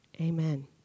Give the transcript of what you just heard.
Amen